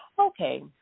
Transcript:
okay